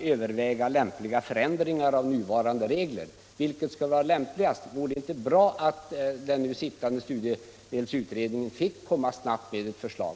överväga lämpliga förändringar av nuvarande regler. Men vore det inte bättre att den sittande utredningen fick komma snabbt med ett förslag?